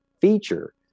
feature